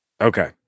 Okay